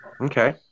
Okay